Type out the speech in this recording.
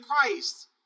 Christ